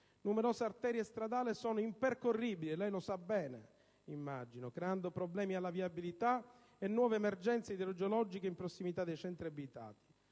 numerose arterie stradali sono impercorribili, immagino lei lo sappia. Ciò ha creato problemi alla viabilità e nuove emergenze idrogeologiche in prossimità dei centri abitati.